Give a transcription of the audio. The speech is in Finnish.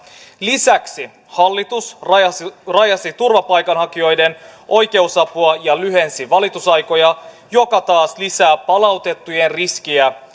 lisäksi hallitus rajasi rajasi turvapaikanhakijoiden oikeusapua ja lyhensi valitusaikoja mikä taas lisää palautettujen riskiä